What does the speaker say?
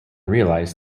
realize